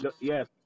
yes